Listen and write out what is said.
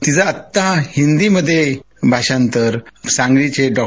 तीचा आता हिंदीमध्ये भांषांतर सांगलीचे डॉ